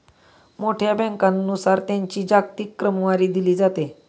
मोठ्या बँकांनुसार त्यांची जागतिक क्रमवारी दिली जाते